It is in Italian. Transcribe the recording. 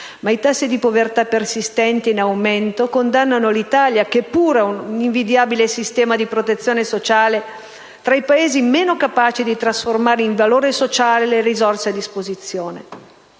Ma i tassi di povertà persistenti e in aumento condannano l'Italia, che pure ha un invidiabile sistema di protezione sociale, tra i Paesi meno capaci di trasformare in valore sociale le risorse a disposizione.